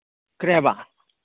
ꯀꯔꯤ ꯍꯥꯏꯕ